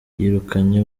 yirukanye